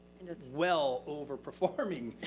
well over performing.